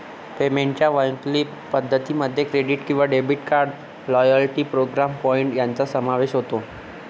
पेमेंटच्या वैकल्पिक पद्धतीं मध्ये क्रेडिट किंवा debit card, loyalty programme point यांचा समावेश होतो